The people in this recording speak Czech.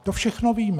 To všechno víme.